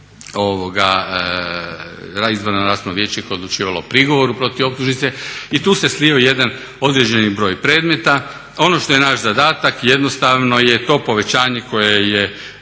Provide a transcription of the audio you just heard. se ne razumije./… koje je odlučivalo o prigovoru protiv optužnice i tu se slio jedan određeni broj predmeta. Ono što je naš zadatak jednostavno je to povećanje koje je